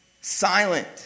silent